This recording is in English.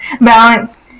balance